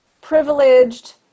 privileged